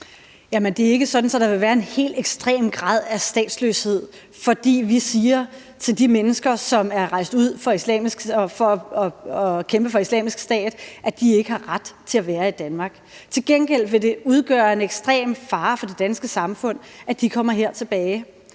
det er ikke sådan, at der vil være en helt ekstrem grad af statsløshed, fordi vi siger til de mennesker, som er rejst ud for at kæmpe for Islamisk Stat, at de ikke har ret til at være i Danmark. Til gengæld vil det udgøre en ekstrem fare for det danske samfund, at de kommer tilbage